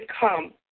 come